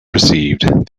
received